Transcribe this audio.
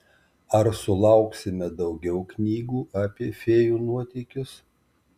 ar sulauksime daugiau knygų apie fėjų nuotykius